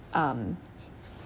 um